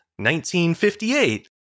1958